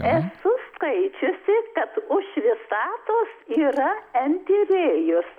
esu skaičiusi kad už visatos yra entirėjus